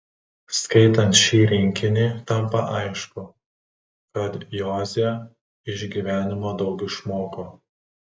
skaitant šį rinkinį tampa aišku kad joze iš gyvenimo daug išmoko